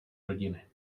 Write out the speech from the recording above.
rodiny